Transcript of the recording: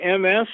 MS